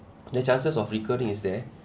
the chances of recurring is there